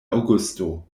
aŭgusto